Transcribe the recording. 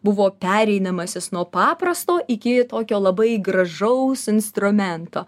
buvo pereinamasis nuo paprasto iki tokio labai gražaus instrumento